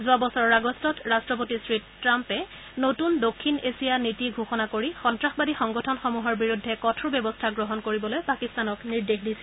যোৱা বছৰৰ আগষ্টত ৰাষ্টপতি শ্ৰী ট্ৰাম্পে নতুন দক্ষিণ এছিয়া নীতি ঘোষণা কৰি সন্তাসবাদী সংগঠনসমূহৰ বিৰুদ্ধে কঠোৰ ব্যৱস্থা গ্ৰহণ কৰিবলৈ পাকিস্তানক নিৰ্দেশ দিছিল